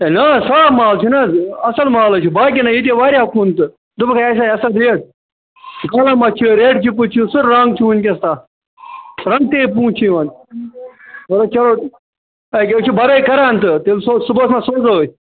ہے نہٕ حظ صاف مال چھُ نہٕ حظ اَصٕل مال ہَے چھُ باقٕیَنَے ییٚتہِ یہِ واریاہ کُن تہٕ دوٚپُکھ ہے آسہِ آے اَصٕل ریٹ رٮ۪ڈ چھِپٕس چھُ سُہ رنٛگ چھِ وٕنۍکٮ۪س تَتھ تتہِ حظ چھِ بَرٲے کَران تہٕ تیٚلہِ سُہ صُبحَس مَہ سوزو أسۍ